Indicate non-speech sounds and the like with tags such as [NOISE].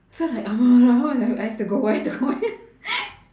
so like I have to go I have to go I [LAUGHS]